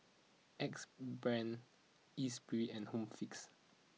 Axe Brand Espirit and Home Fix